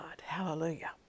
hallelujah